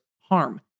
harm